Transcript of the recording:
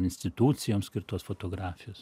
institucijom skirtos fotografijos